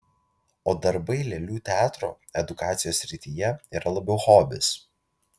o darbai lėlių teatro edukacijos srityje yra labiau hobis